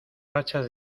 rachas